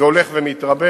זה הולך ומתרבה.